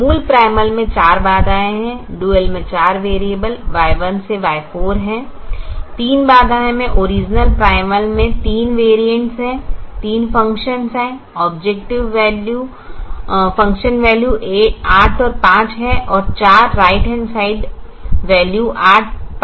मूल प्राइमल में 4 बाधाएं हैं डुअल में 4 वैरिएबल Y1 से Y4 हैं 3 बाधाएं में ओरिजिनल प्राइमल में 3 वैरिएंट्स हैं 3 फंक्शंस हैं ऑब्जेक्टिव फंक्शन वैल्यू 8 5 हैं और 4 राइट हैंड साइड वैल्यू 8 5 और 4 हैं